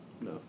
No